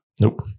Nope